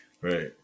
Right